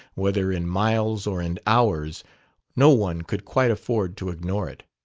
whether in miles or in hours no one could quite afford to ignore it.